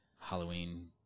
Halloween